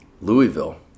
Louisville